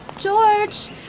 George